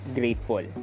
grateful